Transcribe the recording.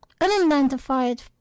unidentified